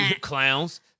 Clowns